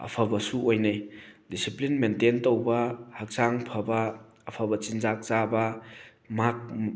ꯑꯐꯕꯁꯨ ꯑꯣꯏꯅꯩ discipline maintain ꯇꯧꯕ ꯍꯛꯆꯥꯡ ꯐꯕ ꯑꯐꯕ ꯆꯤꯟꯖꯥꯛ ꯆꯥꯕ ꯃꯥꯛ